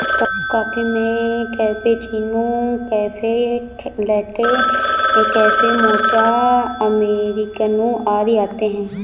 coffee में cappuccino, cafe latte, cafe mocha, अमेरिकनों आदि आते है